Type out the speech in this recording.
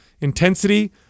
intensity